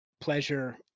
pleasure